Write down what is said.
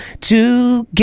together